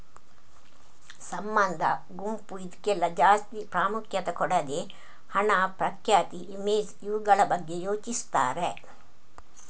ಸಂಬಂಧ, ಗುಂಪು ಇದ್ಕೆಲ್ಲ ಜಾಸ್ತಿ ಪ್ರಾಮುಖ್ಯತೆ ಕೊಡದೆ ಹಣ, ಪ್ರಖ್ಯಾತಿ, ಇಮೇಜ್ ಇವುಗಳ ಬಗ್ಗೆ ಯೋಚಿಸ್ತಾರೆ